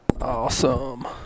Awesome